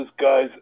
guys